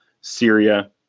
Syria